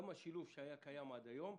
גם השילוב שהיה קיים עד היום,